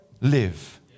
live